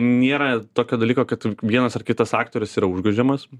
nėra tokio dalyko kad tu vienas ar kitas aktorius yra užgožiamas